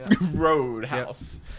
Roadhouse